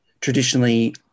traditionally